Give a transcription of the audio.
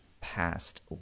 past